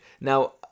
Now